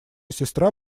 сестра